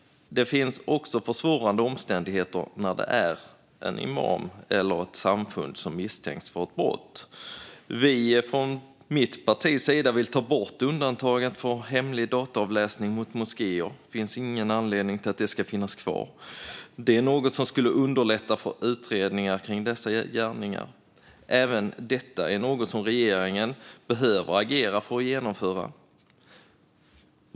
Det finns också försvårande omständigheter när det är en imam eller ett samfund som misstänks för brott. Från mitt partis sida vill vi ta bort undantaget för hemlig dataavläsning mot moskéer; det finns ingen anledning till att det ska finnas kvar. Det skulle underlätta för utredningar av dessa gärningar, och även detta är något som regeringen behöver agera för att genomföra.